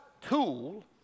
tool